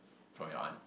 from your aunt